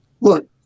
look